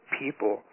people